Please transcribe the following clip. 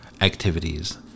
activities